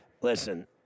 listen